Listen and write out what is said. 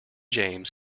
james